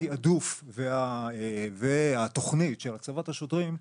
התעדוף והתוכנית של הצבת השוטרים,